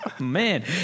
Man